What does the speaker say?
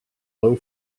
low